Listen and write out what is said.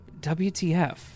WTF